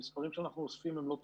המספרים שאנחנו אוספים הם לא טובים.